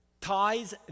ties